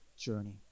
journey